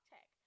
Tech